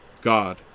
god